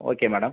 okay madam